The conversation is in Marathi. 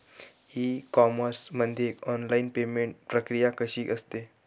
ई कॉमर्स मध्ये ऑनलाईन पेमेंट प्रक्रिया कशी असते?